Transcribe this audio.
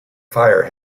fire